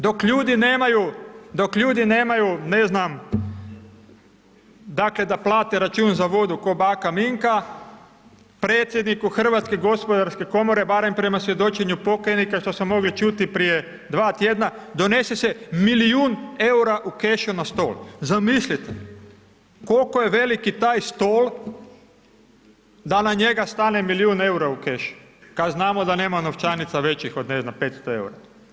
Dok ljudi nemaju, dok ljudi nemaju, ne znam, dakle, da plate račun za vodu, ko bana Minka, predsjedniku HGK-a, barem prema svjedočenju pokajnika šta smo mogli čuti prije dva tjedna, donese se milijun EUR-a u kešu na stol, zamislite, koliko je veliki taj stol da na njega stane milijun EUR-a u kešu, kad znamo da nema novčanica većih od, ne znam, 500,00 EUR-a.